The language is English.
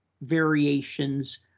variations